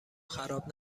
خراب